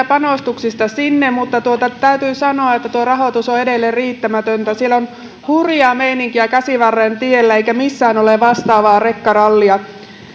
panostuksista sinne mutta täytyy sanoa että tuo rahoitus on edelleen riittämätöntä siellä on hurjaa meininkiä käsivarren tiellä eikä missään ole vastaavaa rekkarallia